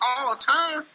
All-time